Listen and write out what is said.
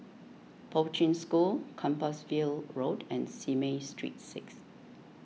Poi Ching School Compassvale Road and Simei Street six